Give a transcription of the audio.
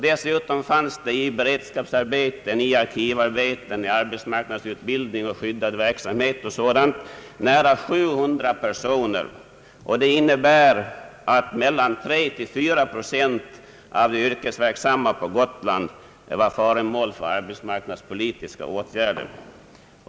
Dessutom fanns det i beredskapsarbeten, arkivarbeten, arbetsmarknadsutbildning och skyddad verksamhet m.m. nära 700 personer. Det innebär att mellan 3 och 4 procent av de yrkesverksamma på Gotland var föremål för arbetsmarknadspolitiska åtgärder.